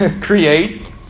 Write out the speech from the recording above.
create